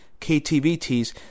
KTVT's